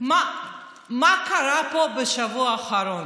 מה קרה פה בשבוע האחרון?